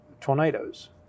tornadoes